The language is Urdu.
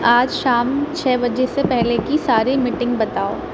آج شام چھ بجے سے پہلے کی ساری میٹنگ بتاؤ